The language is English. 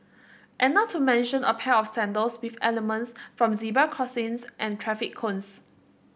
and not to mention a pair of sandals with elements from zebra crossings and traffic cones